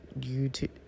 YouTube